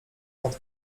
nad